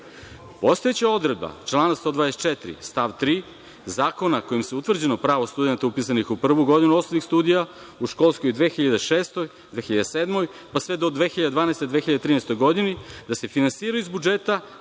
godine. Postojeća odredba člana 124. stav 3. zakona kojim se utvrđeno pravo studenata upisanih u prvu godinu osnovnih studija u školskoj 2006/2007. godini pa sve do 2012/2013. godini da se finansiraju iz budžeta